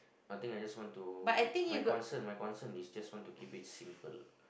I think I just want to my concern my concern is just want to keep it simple